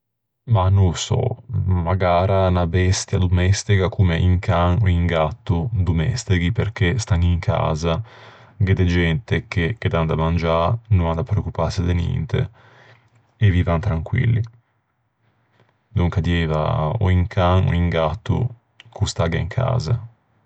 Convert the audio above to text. Mah, no ô sò, magara unna bestia domestega, comme un can ò un gatto domesteghi, perché stan in casa, gh'é de gente che ghe dan da mangiâ, no an da preoccupâse de ninte e vivan tranquilli. Donca dieiva un can ò un gatto ch'o stagghe in casa.